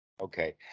Okay